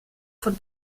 von